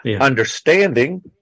understanding